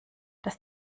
das